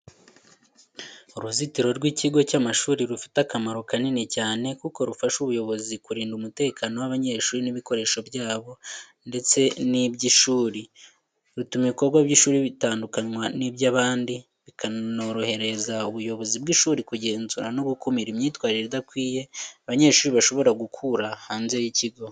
Uruzitiro rw’ikigo cy’amashuri rufite akamaro kanini cyane kuko rufasha ubuyobozi kurinda umutekano w’abanyeshuri n’ibikoresho byabo ndetse n’iby’ishuri, rutuma ibikorwa by’ishuri bitandukanwa n’iby’abandi, bikanorohereza ubuyobozi bw'ishuri kugenzura no gukumira imyitwarire idakwiriye abanyeshuri bashobora gukura hanze y’ikigo.